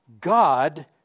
God